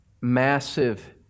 massive